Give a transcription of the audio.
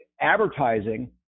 advertising